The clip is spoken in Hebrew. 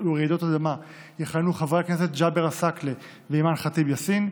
ולרעידות אדמה יכהנו חברי הכנסת ג'אבר עסאקלה ואימאן ח'טיב יאסין,